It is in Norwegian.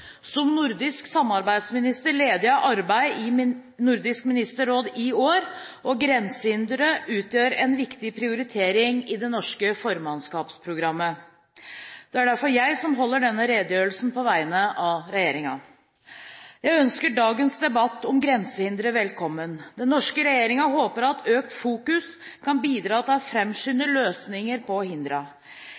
Som nordisk samarbeidsminister leder jeg arbeidet i Nordisk ministerråd i år, og grensehindre utgjør en viktig prioritering i det norske formannskapsprogrammet. Det er derfor jeg som holder denne redegjørelsen på vegne av regjeringen. Jeg ønsker dagens debatt om grensehindre velkommen. Den norske regjeringen håper at økt fokus kan bidra til å framskynde løsninger på